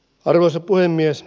arvoisa puhemies